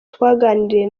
twaganiriye